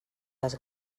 les